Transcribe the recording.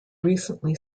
recently